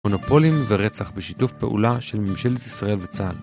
מונופולים ורצח בשיתוף פעולה של ממשלת ישראל וצה״ל